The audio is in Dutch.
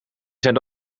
zijn